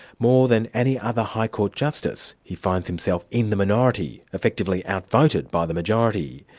more than any other high court justice, he finds himself in the minority effectively outvoted by the majority.